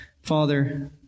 Father